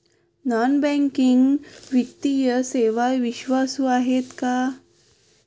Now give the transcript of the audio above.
Non banking वित्तीय सेवा विश्वासू आहेत का?